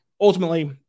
ultimately